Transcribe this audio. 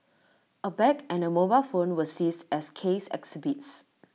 A bag and A mobile phone were seized as case exhibits